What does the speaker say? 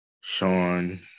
Sean